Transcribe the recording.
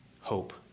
hope